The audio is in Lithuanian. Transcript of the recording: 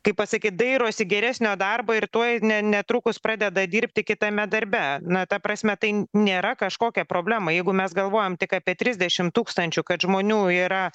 kaip pasakyt dairosi geresnio darbo ir tuoj ne netrukus pradeda dirbti kitame darbe na ta prasme tai nėra kažkokia problema jeigu mes galvojam tik apie trisdešim tūkstančių kad žmonių yra